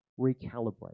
recalibrate